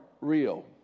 real